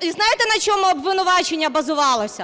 І знаєте, на чому обвинувачення базувалось?